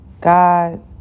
god